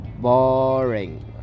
boring